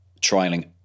trialing